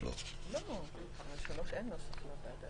ונתחדשה בשעה